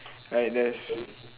like there's